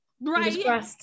Right